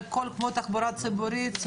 כמו בכל תחבורה ציבורית,